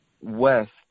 west